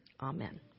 Amen